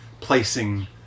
placing